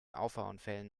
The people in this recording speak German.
auffahrunfällen